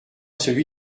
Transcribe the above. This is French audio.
celui